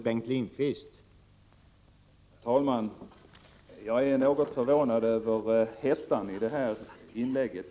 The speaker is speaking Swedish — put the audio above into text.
Herr talman! Jag är något förvånad över hettan i detta inlägg.